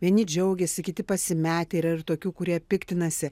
vieni džiaugiasi kiti pasimetę yra ir tokių kurie piktinasi